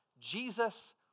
Jesus